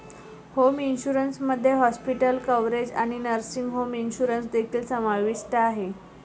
home insurance मध्ये hospital coverage आणि nursing home insurance देखील समाविष्ट आहे